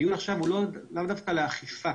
הדיון עכשיו הוא לאו דווקא לאכיפה.